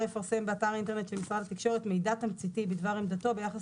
יפרסם באתר האינטרנט של משרד התקשורת מידע תמציתי בדבר עמדתו ביחס